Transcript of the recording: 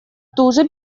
туже